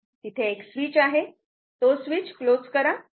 तिथे एक स्विच आहे तो स्विच क्लोज करा